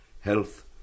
health